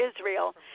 Israel